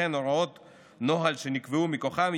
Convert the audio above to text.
וכן הוראות נוהל שנקבעו מכוחם,